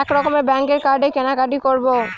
এক রকমের ব্যাঙ্কের কার্ডে কেনাকাটি করব